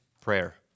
prayer